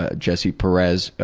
ah jesse perez,